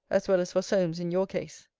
as well as for solmes in your case.